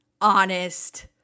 honest